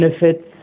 benefits